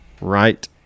right